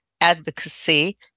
advocacy